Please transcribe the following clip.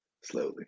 Slowly